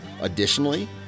Additionally